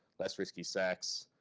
less risky sex,